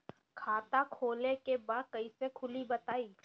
खाता खोले के बा कईसे खुली बताई?